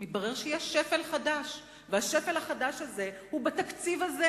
מתברר שיש שפל חדש, והשפל החדש הוא בתקציב הזה.